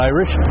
Irish